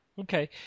Okay